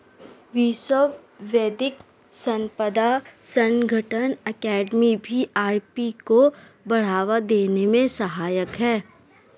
विश्व बौद्धिक संपदा संगठन अकादमी भी आई.पी को बढ़ावा देने में सहायक है